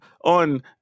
on